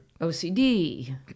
OCD